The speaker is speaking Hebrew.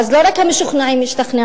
ואז לא רק המשוכנעים ישתכנעו,